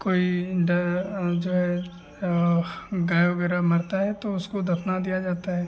कोई जो है गाय वग़ैरह मरती है तो उसको दफ़ना दिया जाता है